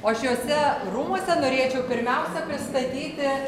o šiuose rūmuose norėčiau pirmiausia pristatyti